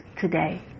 today